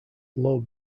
low